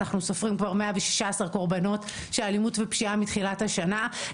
אנחנו סופרים כבר 116 קורבנות של אלימות ופשיעה מתחילת השנה,